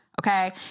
Okay